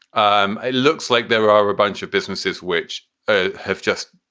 um it looks like there are a bunch of businesses which ah have just.